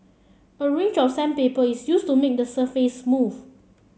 a range of sandpaper is used to make the surface smooth